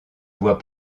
voit